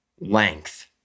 length